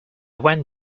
went